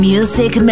Music